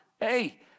Hey